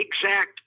exact